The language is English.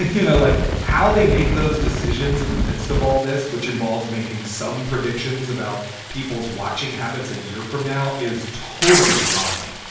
you know, like how they make those decisions in the midst of all this, which involves making some predictions about people's watching habits a year from now is totally beyond me